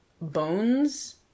bones